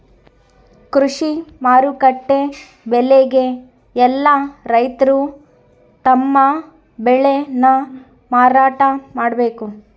ಕೃಷಿ ಮಾರುಕಟ್ಟೆ ಬೆಲೆಗೆ ಯೆಲ್ಲ ರೈತರು ತಮ್ಮ ಬೆಳೆ ನ ಮಾರಾಟ ಮಾಡ್ಬೇಕು